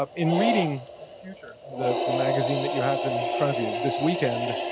um in reading future, the the magazine that you have in front of you this weekend,